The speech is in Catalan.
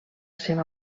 seva